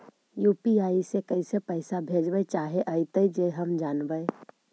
UPI से कैसे पैसा भेजबय चाहें अइतय जे हम जानबय?